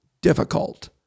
Difficult